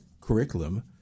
curriculum